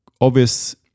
obvious